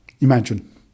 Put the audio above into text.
Imagine